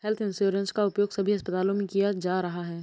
health insurance का उपयोग सभी अस्पतालों में किया जा रहा है